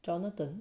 jonathan